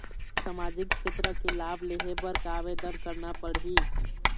सामाजिक क्षेत्र के लाभ लेहे बर का आवेदन करना पड़ही?